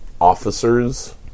officers